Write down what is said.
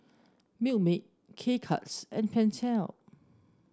Milkmaid K Cuts and Pentel